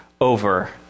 over